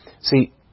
See